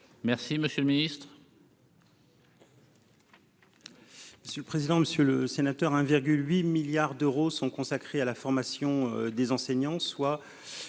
Merci, monsieur le Ministre.